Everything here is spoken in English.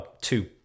two